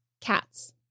cats